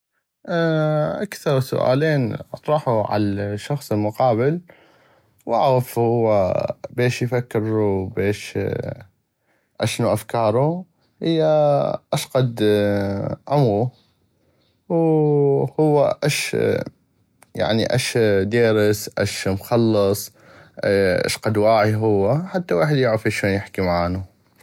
اكثغ سوالين اطرحو على الشخص المقابل واعغف هو بيش يفكر وبيش اشنو افكارو هيا اشقد عمغو ووهو اش يعني اش ديرس اش مخلص اشقد واعي هو حتى ويحد يعغف اشون يحكي معانو.